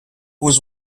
was